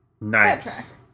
Nice